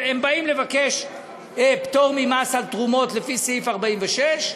הם באים לבקש פטור ממס על תרומות לפי סעיף 46,